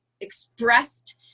expressed